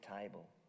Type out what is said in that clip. table